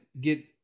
get